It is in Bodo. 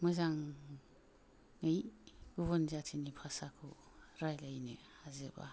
मोजाङै गुबुन जातिनि भासाखौ रायलायनो हाजोबा